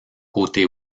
côté